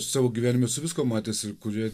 savo gyvenime esu visko matęs ir kurie